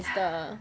!hais!